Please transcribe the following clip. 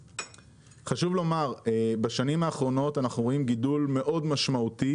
חשוב לומר שבשנים האחרונות אנחנו רואים גידול מאוד משמעותי